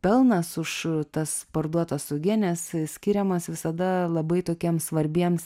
pelnas už tas parduotas uogienes skiriamas visada labai tokiem svarbiems